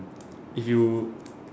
if you